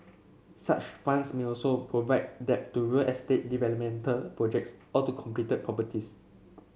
such funds may also provide debt to real estate development projects or to completed properties